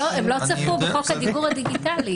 לא, הם לא צפו בחוק הדיוור הדיגיטלי.